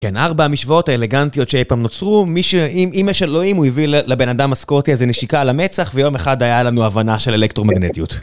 כן, ארבע המשוואות האלגנטיות שאי פעם נוצרו, מי ש... אם יש אלוהים, הוא הביא לבן-אדם הסקוטי הזה נשיקה על המצח, ויום אחד היה לנו הבנה של אלקטרומגנטיות.